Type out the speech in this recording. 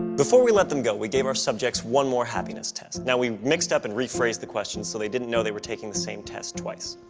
before we let them go we gave our subjects one more happiness test. now we mixed up and rephrased the questions so they didn't know they were taking the same test twice.